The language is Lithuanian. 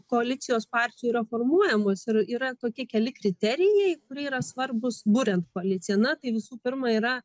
koalicijos partijų yra formuojamos ir yra tokie keli kriterijai kurie yra svarbūs buriant koaliciją na tai visų pirma yra